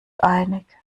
einig